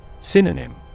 Synonym